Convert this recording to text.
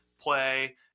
play